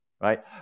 right